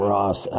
Ross